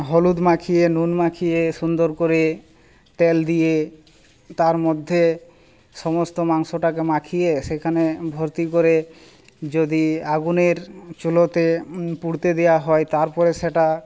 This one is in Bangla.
হলুদ মাখিয়ে নুন মাখিয়ে সুন্দর করে তেল দিয়ে তার মধ্যে সমস্ত মাংসটাকে মাখিয়ে সেইখানে ভর্তি করে যদি আগুনের চুলোতে পুড়তে দেওয়া হয় তারপরে সেটা